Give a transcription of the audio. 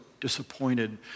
disappointed